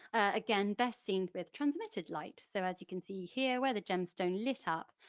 again best seen with transmitted light. so as you can see here, where the gemstone lit-up,